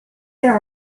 there